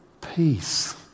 Peace